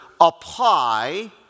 apply